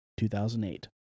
2008